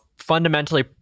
fundamentally